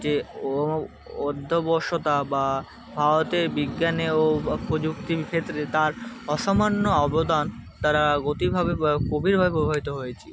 যে ও অধ্যাবসতা বা ভারতের বিজ্ঞানে ও প্রযুক্তির ক্ষেত্রে তার অসামান্য অবদান তারা অতিভাবে গভীরভাবে প্রভাবিত হয়েছি